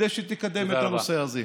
כדי שתקדם את הנושא הזה.